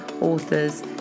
authors